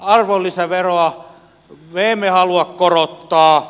arvonlisäveroa me emme halua korottaa